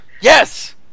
Yes